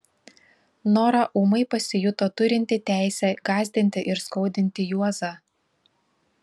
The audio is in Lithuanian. nora ūmai pasijuto turinti teisę gąsdinti ir skaudinti juozą